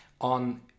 on